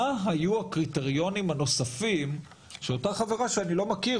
מה היו הקריטריונים הנוספים שאותה חברה שאני לא מכיר,